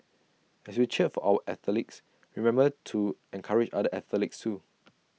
as we cheer for our athletes remember to encourage other athletes too